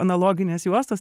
analoginės juostos